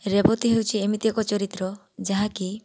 ରେବତୀ ହେଉଛି ଏମିତି ଏକ ଚରିତ୍ର ଯାହାକି